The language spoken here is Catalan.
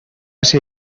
ser